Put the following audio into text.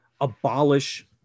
abolish